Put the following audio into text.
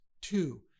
Two